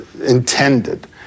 intended